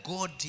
God